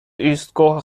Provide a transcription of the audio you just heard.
ایستگاه